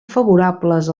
favorables